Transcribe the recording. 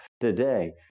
today